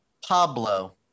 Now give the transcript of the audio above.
Pablo